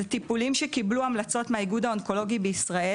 אלו טיפולים שקיבלו המלצות מהאיגוד האונקולוגי בישראל